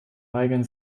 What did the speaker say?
weigern